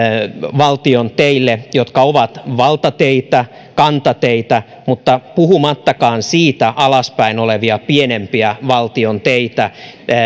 valtion teille jotka ovat valtateitä ja kantateitä mutta ennen kaikkea siitä alaspäin olevia pienempiä valtion teitä